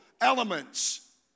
elements